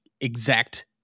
exact